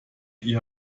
ihr